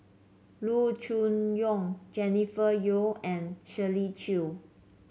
Loo Choon Yong Jennifer Yeo and Shirley Chew